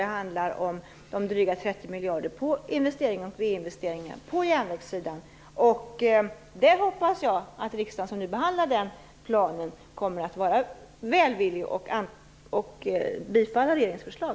Det handlar om drygt 30 miljarder kronor till investeringar och reinvesteringar på järnvägssidan. Jag hoppas att riksdagen som nu behandlar den planen kommer att vara välvillig och bifalla regeringens förslag.